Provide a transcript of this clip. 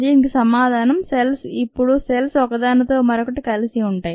దీనికి సమాధానం సెల్స్ ఇప్పుడు సెల్స్ ఒకదానితో మరొకటి కలిసి ఉంటాయి